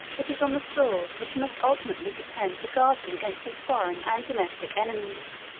it is on the sword that he must ultimately depend to guard him against his foreign and domestic enemies.